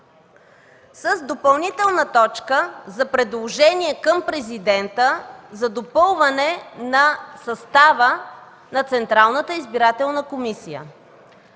с допълнителна точка за предложения към президента за допълване на състава на Централната избирателна комисия.